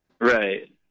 Right